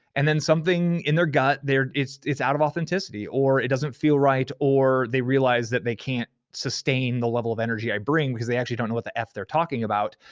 and then something in their gut, it's it's out of authenticity or it doesn't feel right or they realize that they can't sustain the level of energy i bring because they actually don't know what the f they're talking about,